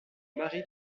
mari